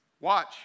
Watch